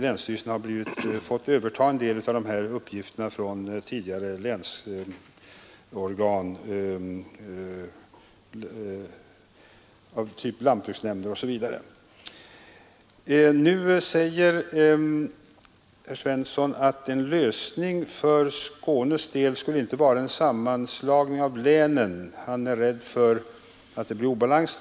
Länsstyrelserna har fått överta en del av dessa uppgifter från tidigare länsorgan av typ lantbruksnämnder osv. Herr Svensson säger att en lösning för Skånes del inte skulle vara en sammanslagning av länen; han är rädd för att det då blir obalans.